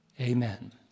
amen